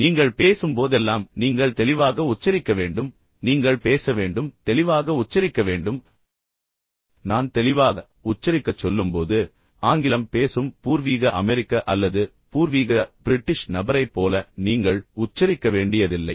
நீங்கள் பேசும்போதெல்லாம் நீங்கள் தெளிவாக உச்சரிக்க வேண்டும் நீங்கள் பேச வேண்டும் தெளிவாக உச்சரிக்க வேண்டும் நான் தெளிவாக உச்சரிக்கச் சொல்லும்போது ஆங்கிலம் பேசும் பூர்வீக அமெரிக்க அல்லது பூர்வீக பிரிட்டிஷ் நபரைப் போல நீங்கள் உச்சரிக்க வேண்டியதில்லை